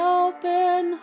open